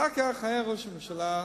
אחר כך היה ראש ממשלה,